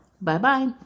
Bye-bye